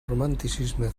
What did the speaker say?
romanticisme